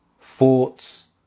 thoughts